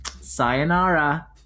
Sayonara